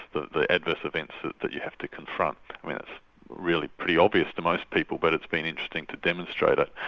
the the adverse events that you have to confront. i mean it's really pretty obvious to most people but it's been interesting to demonstrate it.